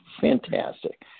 fantastic